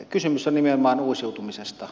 kysymys on nimenomaan uusiutumisesta